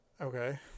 okay